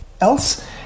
else